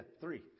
three